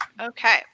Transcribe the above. Okay